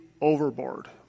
overboard